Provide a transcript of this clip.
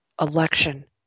election